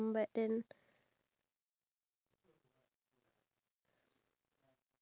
I I can't wait oh ya remember to wake up early okay